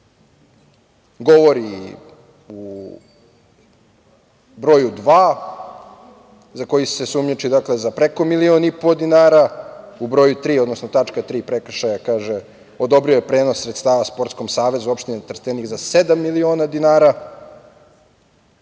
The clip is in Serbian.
govori se u broju dva, za koji se sumnjiči za preko milion i po dinara, a u broju tri, odnosno tačka 3) prekršaja kaže - odobrio je prenos sredstava Sportskom savezu opštine Trstenik za sedam miliona dinara.